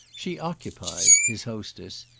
she occupied, his hostess,